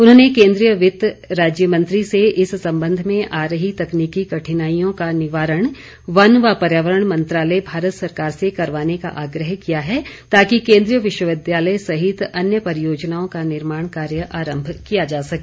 उन्होंने केंद्रीय वित्त राज्य मंत्री से इस संबंध में आ रही तकनीकि कठिनाईयों का निवारण वन व पर्यावरण मंत्रालय भारत सरकार से करवाने का आग्रह किया है ताकि केंद्रीय विश्वविद्यालय सहित अन्य परियोजनाओं का निर्माण कार्य आरंभ किया जा सके